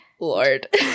Lord